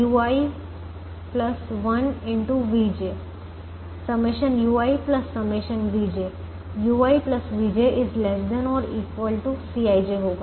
∑ ui ∑ vj ui vj ≤ Cij होगा